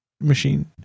machine